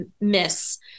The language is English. miss